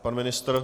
Pan ministr?